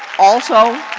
also,